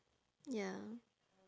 ya